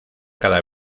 cada